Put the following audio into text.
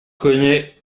connaît